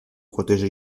protège